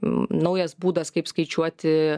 naujas būdas kaip skaičiuoti